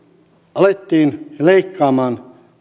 alettiin leikkaamaan